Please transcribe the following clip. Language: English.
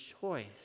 choice